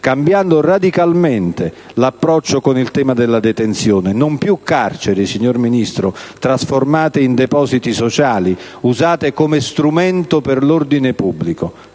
cambiando radicalmente l'approccio con il tema della detenzione: non più carceri, signor Ministro, trasformate in depositi sociali, usate come strumento per l'ordine pubblico.